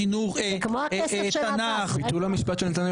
גם בכספים,